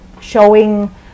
showing